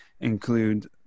include